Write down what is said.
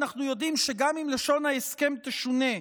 אנחנו יודעים שגם אם לשון ההסכם תשונה,